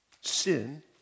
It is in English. Sin